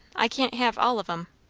i can't have all of em.